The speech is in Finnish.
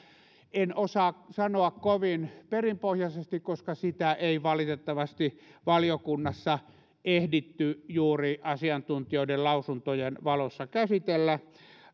en osaa sanoa kovin perinpohjaisesti koska sitä ei valitettavasti valiokunnassa juuri ehditty asiantuntijoiden lausuntojen valossa käsitellä